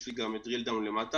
יש לי גם דריל-דאון למטה.